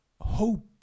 hope